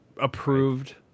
approved